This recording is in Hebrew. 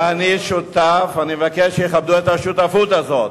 ואני שותף, ואני מבקש שיכבדו את השותפות הזאת.